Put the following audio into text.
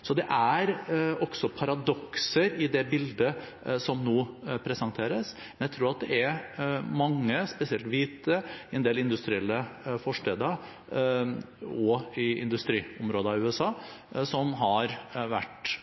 Så det er også paradokser i det bildet som nå presenteres, men jeg tror at det er mange, spesielt hvite i en del industrielle forsteder og i industriområder i USA, som har vært